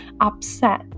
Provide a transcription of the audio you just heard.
upset